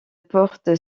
porte